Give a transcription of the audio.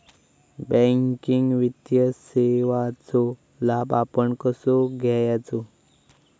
Banking वित्तीय सेवाचो लाभ आपण कसो घेयाचो?